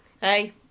hey